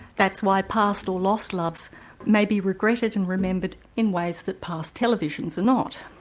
that's why past or lost loves may be regretted and remembered in ways that past televisions are not.